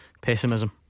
Pessimism